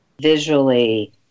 visually